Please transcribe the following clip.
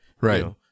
Right